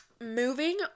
moving